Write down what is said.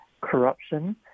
corruption